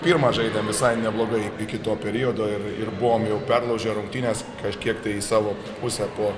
pirmą žaidėm visai neblogai iki to periodo ir ir buvom jau perlaužę rungtynes kažkiek tai į savo pusę po